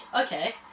Okay